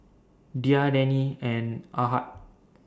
Dhia Danial and Ahad